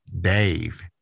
Dave